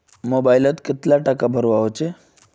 Mobile लोत कतला टाका भरवा होचे?